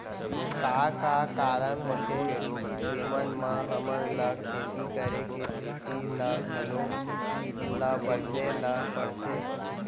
का का कारण होथे जेमन मा हमन ला खेती करे के स्तिथि ला घलो ला बदले ला पड़थे?